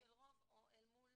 של רוב אל מול